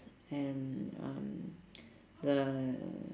and um the